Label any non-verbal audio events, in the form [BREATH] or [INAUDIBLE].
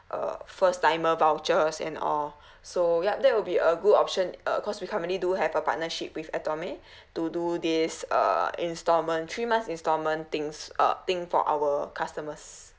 uh first timer vouchers and all so ya that will be a good option uh cause we currently do have a partnership with atome [BREATH] to do this uh instalment three months installment things uh thing for our customers